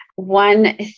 One